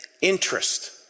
interest